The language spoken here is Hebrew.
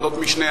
בוועדות משנה,